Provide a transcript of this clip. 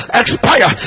expire